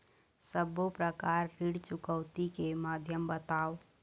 सब्बो प्रकार ऋण चुकौती के माध्यम बताव?